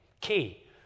Key